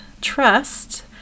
trust